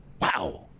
Wow